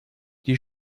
die